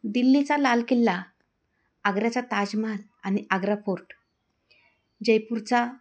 दिल्लीचा लाल किल्ला आग्र्याचा ताजमहल आणि आग्रा फोर्ट जयपूरचा